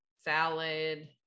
salad